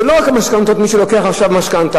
זה לא רק מי שלוקח עכשיו משכנתה,